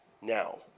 Now